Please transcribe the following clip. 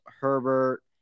Herbert